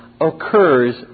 occurs